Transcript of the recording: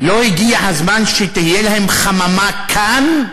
לא הגיע הזמן שתהיה להם חממה כאן?